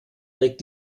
trägt